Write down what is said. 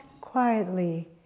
quietly